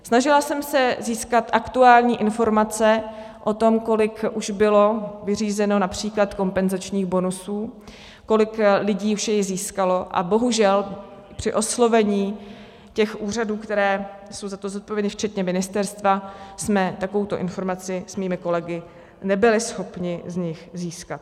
Snažila jsem se získat aktuální informace o tom, kolik už bylo vyřízeno například kompenzačních bonusů, kolik lidí už jej získalo, a bohužel, při oslovení těch úřadů, které jsou za to zodpovědné, včetně ministerstva, jsme takovouto informaci s mými kolegy nebyli schopni od nich získat.